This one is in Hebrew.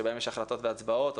שבהם יש החלטות והצבעות,